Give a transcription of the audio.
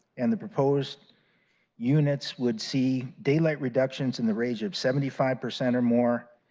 and the proposed units would see daylight reductions in the range of seventy five percent or more,